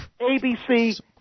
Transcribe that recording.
abc